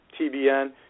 TBN